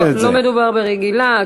לא מדובר ברגילה.